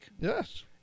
yes